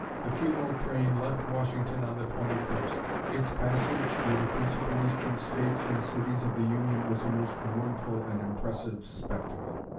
the funeral train left washington on the twenty first. its passage through the principal eastern states and cities of the union was a most mournful and impressive spectacle.